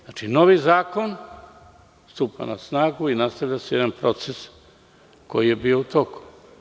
Znači, novi zakon stupa na snagu i nastava se jedna proces koji je bio u toku.